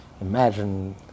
imagine